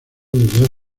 desde